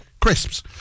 crisps